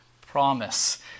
promise